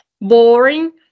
boring